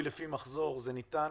פיצוי לפי מחזור, זה ניתן,